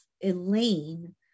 Elaine